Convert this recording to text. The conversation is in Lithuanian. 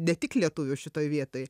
ne tik lietuvių šitoj vietoj